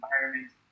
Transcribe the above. environment